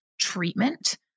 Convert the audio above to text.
treatment